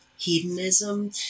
hedonism